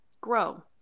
grow